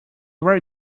right